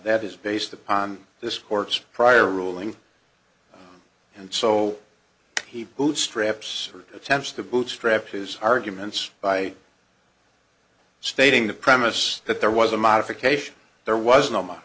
that is based upon this court's prior ruling and so he bootstraps attempts to bootstrap his arguments by stating the premise that there was a modification there was no m